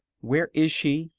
where is she?